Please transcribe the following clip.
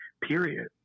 period